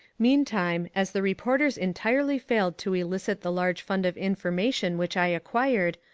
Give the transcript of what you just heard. meantime as the reporters entirely failed to elicit the large fund of information which i acquired,